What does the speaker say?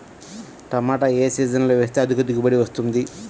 టమాటా ఏ సీజన్లో వేస్తే అధిక దిగుబడి వస్తుంది?